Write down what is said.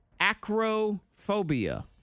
acrophobia